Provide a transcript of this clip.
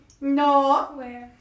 No